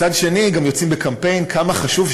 מצד שני גם יוצאים בקמפיין כמה חשוב,